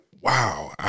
wow